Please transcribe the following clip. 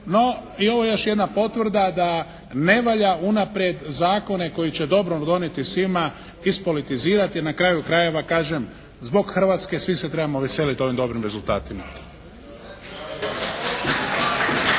No i ovo je još jedna potvrda da ne valja unaprijed zakona koji će dobro donijeti svima ispolitizirati, jer na kraju krajeva kažem zbog Hrvatske svi se trebamo veseliti ovim dobrim rezultatima.